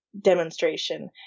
demonstration